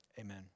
amen